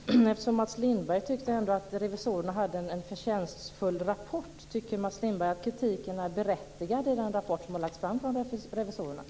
Fru talman! Eftersom Mats Lindberg tycker att revisorerna har lagt fram en förtjänstfull rapport, tycker Mats Lindberg att kritiken är berättigad i den rapport som revisorerna har lagt fram?